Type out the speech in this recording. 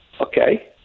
Okay